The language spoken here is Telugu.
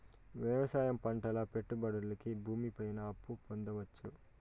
వ్యవసాయం పంటల పెట్టుబడులు కి భూమి పైన అప్పు పొందొచ్చా?